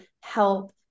help